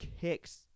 kicks